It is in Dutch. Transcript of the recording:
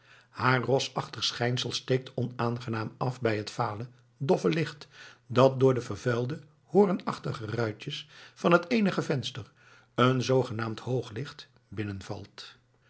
haar rosachtig schijnsel steekt onaangenaam af bij t vale doffe licht dat door de vervuilde hoornachtige ruitjes van het eenige venster een zoogenaamd hooglicht